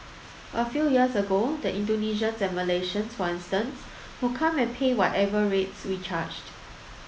a few years ago the Indonesians and Malaysians for instance would come and pay whatever rates we charged